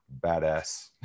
badass